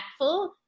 impactful